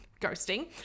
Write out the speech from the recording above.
ghosting